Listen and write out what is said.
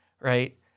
right